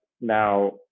now